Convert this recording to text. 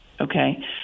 Okay